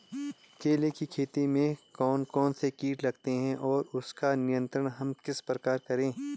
केले की खेती में कौन कौन से कीट लगते हैं और उसका नियंत्रण हम किस प्रकार करें?